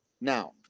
Now